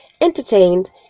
entertained